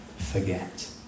forget